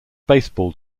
baseball